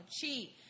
cheat